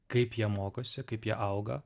kaip jie mokosi kaip jie auga